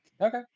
Okay